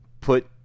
put